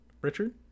Richard